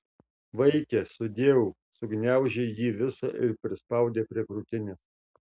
vaike sudieu sugniaužė jį visą ir prispaudė prie krūtinės